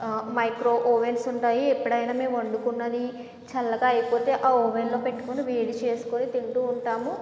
micro ovens ఉంటాయి ఎప్పుడైనా మేము వండుకున్నది చల్లగా అయిపోతే ఆ ఒవెన్లో పెట్టుకుని వేడి చేసుకుని తింటూ ఉంటాము